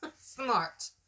Smart